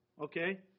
Okay